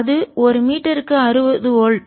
அது ஒரு மீட்டருக்கு 60 வோல்ட்